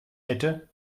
hätte